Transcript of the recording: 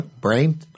Brain